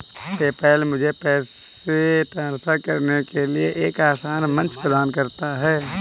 PayPal मुझे पैसे transfer करने के लिए एक आसान मंच प्रदान करता है